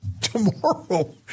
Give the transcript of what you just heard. Tomorrow